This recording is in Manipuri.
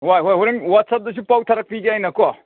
ꯍꯣꯏ ꯍꯣꯏ ꯍꯣꯔꯦꯟ ꯋꯥꯆꯦꯞꯇꯁꯨ ꯄꯥꯎ ꯊꯥꯔꯛꯄꯤꯒꯦ ꯑꯩꯅ ꯀꯣ